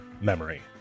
memory